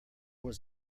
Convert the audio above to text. was